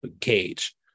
cage